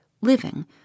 living